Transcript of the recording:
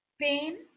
Pain